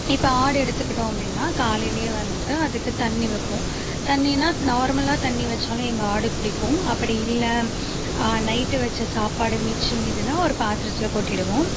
இப்போ ஆடு எடுத்துக்கிட்டோம் அப்படினா காலையிலையே வந்து அதுக்கு தண்ணி வைப்போம் தண்ணினால் நார்மலா தண்ணி வைச்சாலும் எங்கள் ஆடு குடிக்கும் அப்படி இல்லை நைட்டு வைச்ச சாப்பாடு மிச்சம் மீதினால் ஒரு பாத்திரத்துல கொட்டிவிடுவோம்